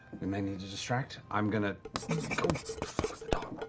we may need to distract. i'm going to go fuck with the dog.